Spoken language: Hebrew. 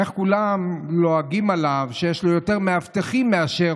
איך כולם לועגים לו שיש לו יותר מאבטחים מאשר